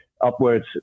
upwards